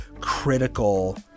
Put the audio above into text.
critical